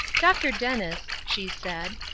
dr. dennis, she said,